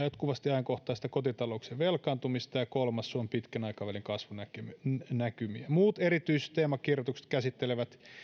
jatkuvasti ajankohtaista kotitalouksien velkaantumista ja ja kolmas suomen pitkän aikavälin kasvunäkymiä muut erityisteemakirjoitukset käsittelevät